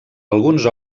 alguns